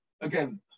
Again